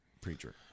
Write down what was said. preacher